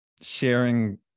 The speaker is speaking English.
Sharing